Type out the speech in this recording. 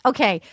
Okay